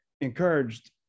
encouraged